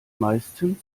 meistens